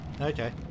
Okay